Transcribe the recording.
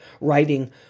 writing